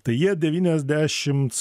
tai jie devyniasdešimts